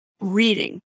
reading